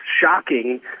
shocking